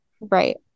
Right